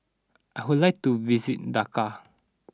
I would like to visit Dakar